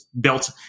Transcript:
built